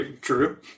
True